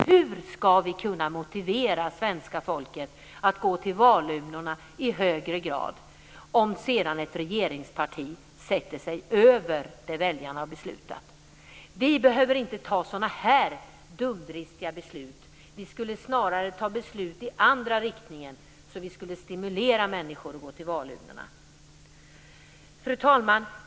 Hur ska vi kunna motivera svenska folket att gå till valurnorna i högre grad om sedan ett regeringsparti sätter sig över det väljarna beslutat? Vi behöver inte ta sådana här dumdristiga beslut. Vi skulle snarare ta beslut i andra riktningen så att vi skulle stimulera människor att gå till valurnorna. Fru talman!